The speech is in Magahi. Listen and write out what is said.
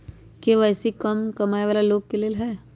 के.वाई.सी का कम कमाये वाला लोग के लेल है?